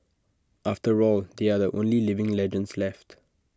after all they are the only living legends left